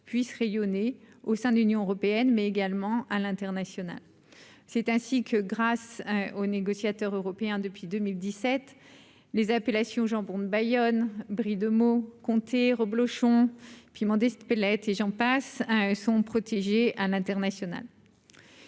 puisse rayonner au sein de l'Union européenne, mais également à l'international, c'est ainsi que, grâce aux négociateurs européen depuis 2017 les appellations jambon de Bayonne Brie de Meaux reblochon piment d'Espelette et j'en passe, hein, et son protégé à l'international.